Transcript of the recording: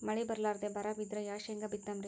ಮಳಿ ಬರ್ಲಾದೆ ಬರಾ ಬಿದ್ರ ಯಾ ಶೇಂಗಾ ಬಿತ್ತಮ್ರೀ?